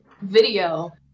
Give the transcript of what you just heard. video